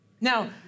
Now